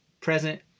present